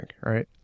right